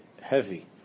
heavy